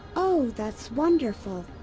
oh, that's wonderful!